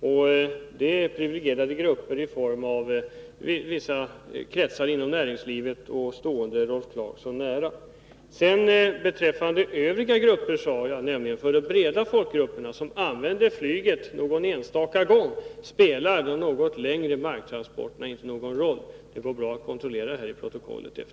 Och det är privilegierade grupper, såsom vissa kretsar inom näringslivet, stående Rolf Clarkson nära. Beträffande övriga sade jag att för de breda folklagren, som använder flyget någon enstaka gång, spelar de något längre marktransporterna ingen roll. Det går bra att kontrollera det här i protokollet.